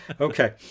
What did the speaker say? Okay